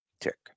tick